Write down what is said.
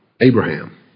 Abraham